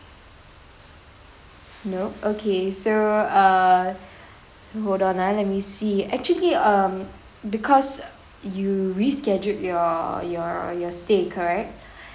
nope okay so err hold on ah let me see actually um because you rescheduled your your your stay correct